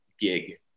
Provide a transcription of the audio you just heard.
gig